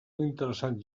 interessants